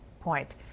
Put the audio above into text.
point